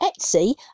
Etsy